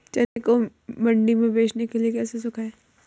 चने को मंडी में बेचने के लिए कैसे सुखाएँ?